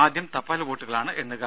ആദ്യം തപാൽ വോട്ടുകളാണ് എണ്ണുക